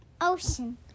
ocean